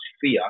fear